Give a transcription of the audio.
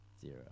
zero